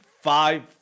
five